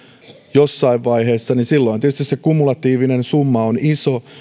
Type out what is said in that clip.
jossain vaiheessa niin silloin tietysti se kumulatiivinen summa on iso